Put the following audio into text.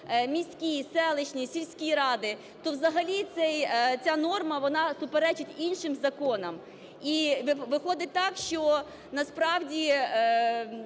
міські, селищні, сільські ради, то взагалі ця норма вона суперечить іншим законам. І виходить так, що насправді